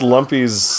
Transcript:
Lumpy's